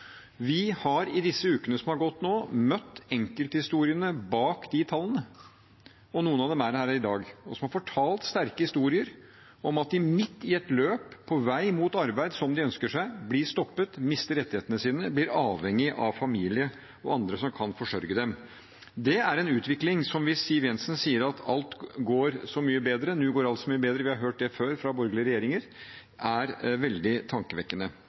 Vi har i disse ukene som har gått nå, møtt enkeltmenneskene bak disse tallene – noen av dem er her i dag – og de har fortalt sterke historier om at de midt i et løp på vei mot arbeid, som de ønsker seg, blir stoppet, mister rettighetene sine, blir avhengig av familie og andre som kan forsørge dem. Det er en utvikling hvis Siv Jensen sier at nu går alt så mye bedre – vi har hørt det før fra borgerlige regjeringer – som er veldig tankevekkende.